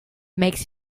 makes